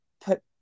put